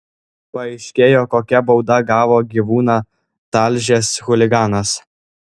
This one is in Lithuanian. paaiškėjo kokią baudą gavo gyvūną talžęs chuliganas